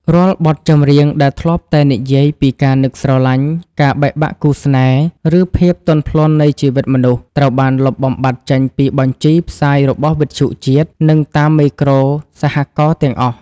រាល់បទចម្រៀងដែលធ្លាប់តែនិយាយពីការនឹកស្រឡាញ់ ការបែកបាក់គូស្នេហ៍ ឬភាពទន់ភ្លន់នៃជីវិតមនុស្ស ត្រូវបានលុបបំបាត់ចេញពីបញ្ជីផ្សាយរបស់វិទ្យុជាតិ និងតាមមេក្រូសហករណ៍ទាំងអស់។